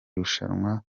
rushanwa